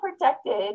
protected